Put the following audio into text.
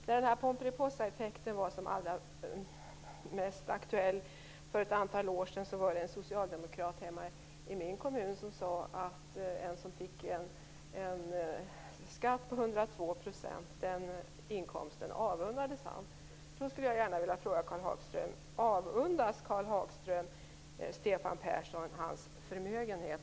När den här Pomperipossa-effekten var som mest aktuell för ett antal år sedan var det en socialdemokrat hemma i min kommun som sade att han avundades en inkomst som innebar en skatt på 102 %.